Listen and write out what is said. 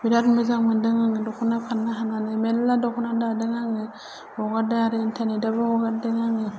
बिराथ मोजां मोन्दों आङो दख'ना फान्नानै मेरला दख'ना दादों आङो हगारदों इन्टारनेटआवबो हगारदों आङो